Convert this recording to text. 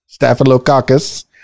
staphylococcus